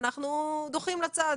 אנחנו דוחים הצדה